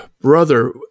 brother